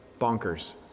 bonkers